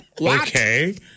Okay